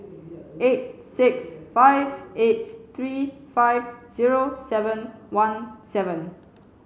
eight six five eight three five zero seven one seven